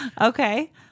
Okay